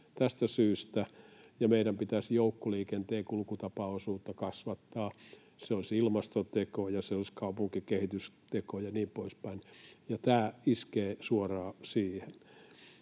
tästä syystä. Meidän pitäisi joukkoliikenteen kulkutapaosuutta kasvattaa, se olisi ilmastoteko ja se olisi kaupunkikehitysteko ja niin poispäin, ja tämä iskee suoraan siihen.